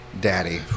daddy